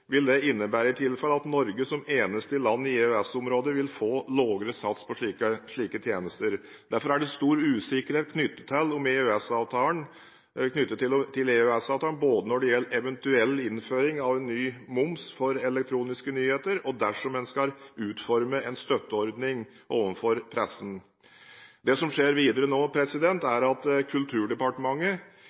vil det i tilfelle innebære at Norge som eneste land i EØS-området vil få lavere sats på slike tjenester. Derfor er det stor usikkerhet knyttet til EØS-avtalen både når det gjelder eventuell innføring av en ny moms for elektroniske nyheter, og dersom en skal utforme en støtteordning for pressen. Det som skjer videre nå, er at Kulturdepartementet